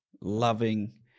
loving